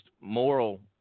moral